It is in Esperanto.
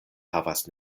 havas